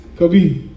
Kobe